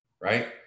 right